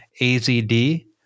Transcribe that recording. AZD